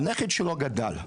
הנכד שלו גדל.